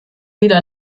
wieder